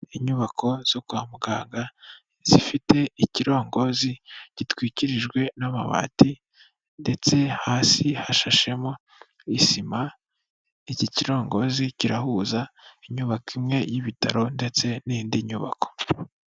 Inyubako zo kwa muganga zifite ikirongozi gitwikirijwe n'amabati ndetse hasi hashashemo isima, iki kirongozi kirahuza inyubako imwe y'ibitaro ndetse n'indi nyubako.